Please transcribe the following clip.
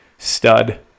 stud